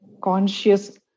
conscious